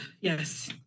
Yes